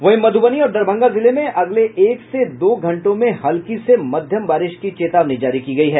वहीं मध्रबनी और दरभंगा जिले में अगले एक से दो घंटों में हल्की से मध्यम बारिश की चेतावनी जारी की गयी है